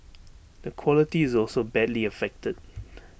the quality is also badly affected